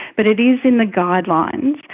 but it is in the guidelines,